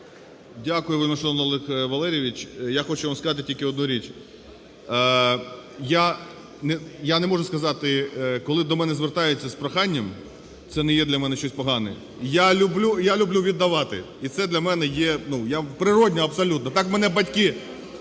Дякую, вельмишановний Олег Валерійович. Я хочу вам сказати тільки одну річ. Я не можу сказати, коли до мене звертаються з проханням, це не є для мене щось погане. Я люблю віддавати і це для мене є… Ну, я… природно абсолютно, так мене батьки